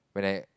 when I